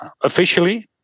officially